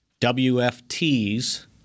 WFTs